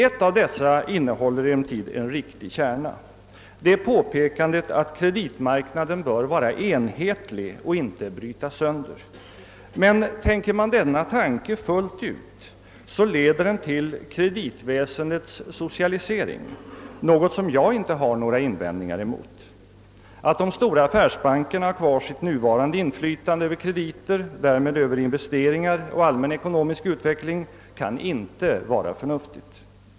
Ett av dessa argument innehåller emellertid en riktig kärna, nämligen påpekandet att kreditmarknaden bör vara enhetlig och inte brytas sönder. Men tänker man ut denna tanke helt och hållet leder den till kreditväsendets socialisering, något som jag inte har några invändningar mot. Att de stora affärsbankerna har kvar sitt nuvarande inflytande över krediter och därmed över investeringar och allmän ekonomisk utveckling kan inte vara förnuftigt.